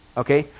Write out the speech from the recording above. Okay